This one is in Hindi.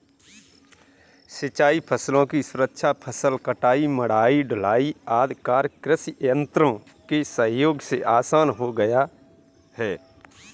सिंचाई फसलों की सुरक्षा, फसल कटाई, मढ़ाई, ढुलाई आदि कार्य कृषि यन्त्रों के सहयोग से आसान हो गया है